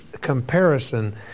comparison